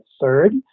third